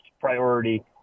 priority